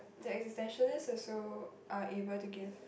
the existentialist also are able to give